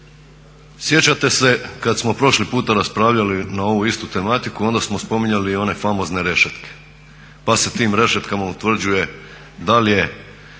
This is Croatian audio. Sjećate se kad smo prošli puta raspravljali na ovu istu tematiku, onda smo spominjali i one famozne rešetke, pa se tim rešetkama utvrđuje da li je